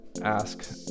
ask